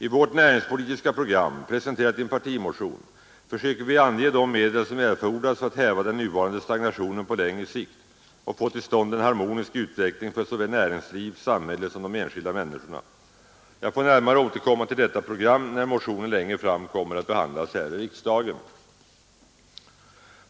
I vårt näringspolitiska program, presenterat i en partimotion, försöker vi ange de medel som erfordras för att häva den nuvarande stagnationen på längre sikt och få till stånd en harmonisk utveckling för såväl näringsliv och samhälle som de enskilda människorna. Jag får närmare återkomma till detta program, när motionen längre fram skall behandlas här i riksdagen.